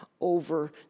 over